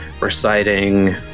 reciting